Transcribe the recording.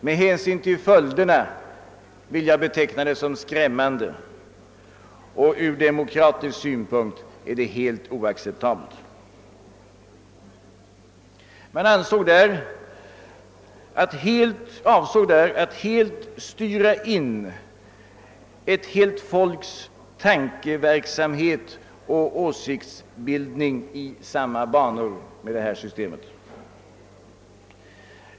Med hänsyn till följderna vill jag beteckna det som skrämmande, och ur demokratisk synpunkt är det helt oacceptabelt. Man avsåg där att styra in ett helt folks tankeverksamhet och åsiktsbildning i samma banor med detta system.